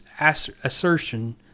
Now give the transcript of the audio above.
assertion